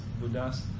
Buddha's